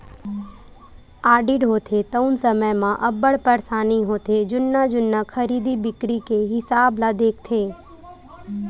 audit होथे तउन समे म अब्बड़ परसानी होथे जुन्ना जुन्ना खरीदी बिक्री के हिसाब ल देखथे